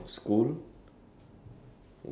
ya that was quite long already